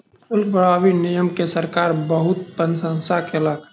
शुल्क प्रभावी नियम के सरकार बहुत प्रशंसा केलक